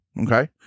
Okay